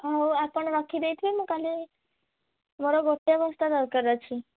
ହଉ ଆପଣ ରଖିଦେଇଥିବେ ମୁଁ କାଲି ମୋର ଗୋଟେ ବସ୍ତା ଦରକାର ଅଛି